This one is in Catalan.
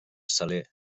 saler